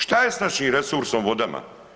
Šta je sa našim resursom vodama?